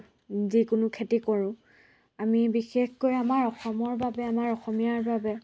যিকোনো খেতি কৰোঁ আমি বিশেষকৈ আমাৰ অসমৰ বাবে আমাৰ অসমীয়াৰ বাবে